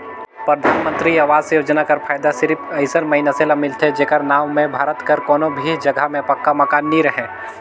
परधानमंतरी आवास योजना कर फएदा सिरिप अइसन मइनसे ल मिलथे जेकर नांव में भारत कर कोनो भी जगहा में पक्का मकान नी रहें